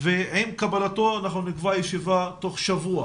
ועם קבלתו אנחנו נקבע ישיבה שנקיים אותה תוך שבוע,